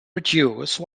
reduce